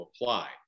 apply